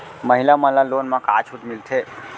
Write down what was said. महिला मन ला लोन मा का छूट मिलथे?